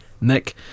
Nick